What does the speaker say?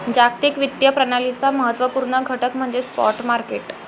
जागतिक वित्तीय प्रणालीचा महत्त्व पूर्ण घटक म्हणजे स्पॉट मार्केट